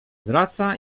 wraca